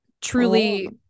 truly